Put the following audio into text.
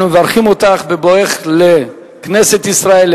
אנחנו מברכים אותך בבואך לכנסת ישראל,